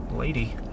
Lady